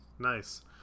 Nice